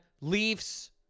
Leafs